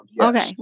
Okay